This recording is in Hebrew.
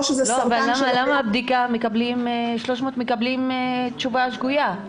זה --- למה 300 מקבלות תשובה שגויה?